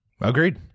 Agreed